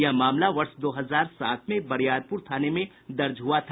यह मामला वर्ष दो हजार सात में बरियारपुर थाने में दर्ज हुआ था